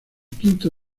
quinto